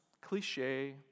cliche